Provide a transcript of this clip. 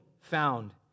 found